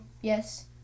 yes